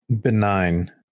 Benign